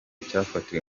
cyafatiwe